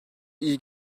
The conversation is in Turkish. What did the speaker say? iyi